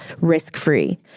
risk-free